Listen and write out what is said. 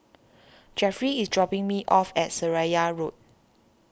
Jeffery is dropping me off at Seraya Road